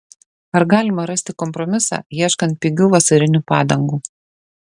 ar galima rasti kompromisą ieškant pigių vasarinių padangų